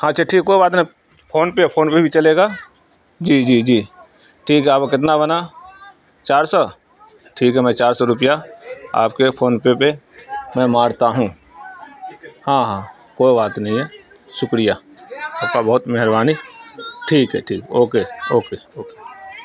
ہاں اچھا ٹھیک کوئی بات نہیں فون پے فون پے بھی چلے گا جی جی جی ٹھیک ہے آپ کو کتنا بنا چار سو ٹھیک ہے میں چار سو روپیہ آپ کے فون پے پہ میں مارتا ہوں ہاں ہاں کوئی بات نہیں ہے شکریہ آپ کا بہت مہربانی ٹھیک ہے ٹھیک ہے اوکے اوکے اوکے